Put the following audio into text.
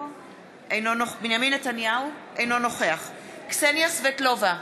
אינו נוכח קסניה סבטלובה,